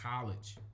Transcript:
college